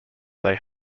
they